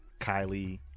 Kylie